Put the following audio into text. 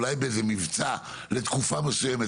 אולי באיזה מבצע לתקופה מסוימת,